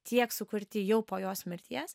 tiek sukurti jau po jos mirties